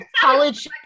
College